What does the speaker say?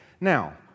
Now